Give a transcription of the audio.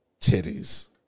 titties